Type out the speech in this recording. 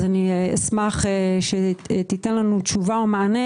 אשמח שתיתן לנו מענה,